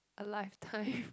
a lifetime